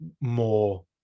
more